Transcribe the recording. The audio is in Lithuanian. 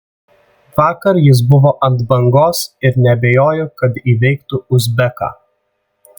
vakar jis buvo ant bangos ir neabejoju kad įveiktų uzbeką